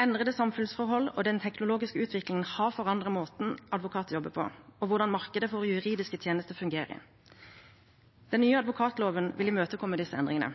Endrede samfunnsforhold og den teknologiske utviklingen har forandret måten advokater jobber på, og hvordan markedet for juridiske tjenester fungerer. Den nye advokatloven vil imøtekomme disse endringene.